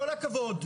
לא,